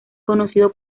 conocido